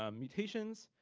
um mutations,